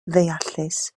ddeallus